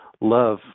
love